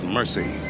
mercy